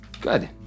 Good